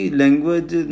language